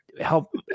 Help